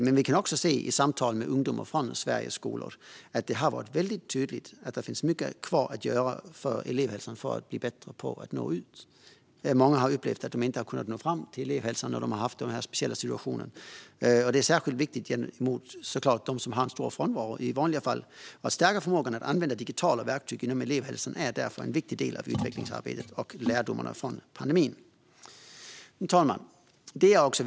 Men i samtal med ungdomar från Sveriges skolor har vi också tydligt kunnat se att det finns mycket kvar att göra för att elevhälsan ska bli bättre på att nå ut. Många har upplevt att de inte har kunnat nå fram till elevhälsan när de har haft en speciell situation. Det är särskilt viktigt att stärka förmågan att använda digitala verktyg inom elevhälsan för dem som i vanliga fall har stor frånvaro. Det är en viktig del av utvecklingsarbetet och lärdomarna från pandemitiden. Fru talman!